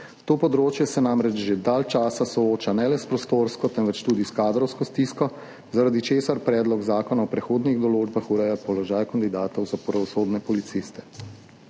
To področje se namreč že dalj časa sooča ne le s prostorsko, temveč tudi s kadrovsko stisko, zaradi česar predlog zakona v prehodnih določbah ureja položaj kandidatov za pravosodne policiste.